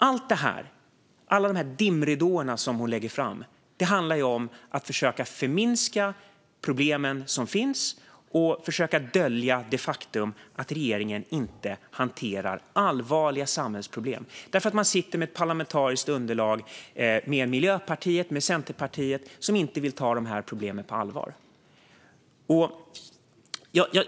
Alla de dimridåer som hon lägger fram handlar om att försöka förminska de problem som finns och försöka dölja det faktum att regeringen inte hanterar allvarliga samhällsproblem, därför att man sitter med ett parlamentariskt underlag med Miljöpartiet och Centerpartiet som inte vill ta dessa problem på allvar.